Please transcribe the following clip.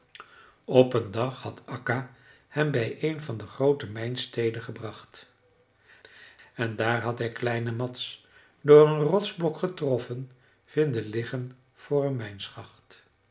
op een dag had akka hem bij een van de groote mijnsteden gebracht en daar had hij kleinen mads door een rotsblok getroffen vinden liggen voor een